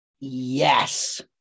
Yes